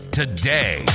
today